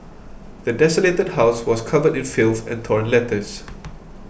the desolated house was covered in filth and torn letters